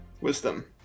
wisdom